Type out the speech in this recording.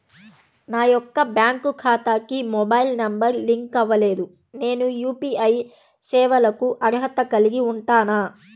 నా యొక్క బ్యాంక్ ఖాతాకి మొబైల్ నంబర్ లింక్ అవ్వలేదు నేను యూ.పీ.ఐ సేవలకు అర్హత కలిగి ఉంటానా?